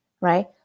right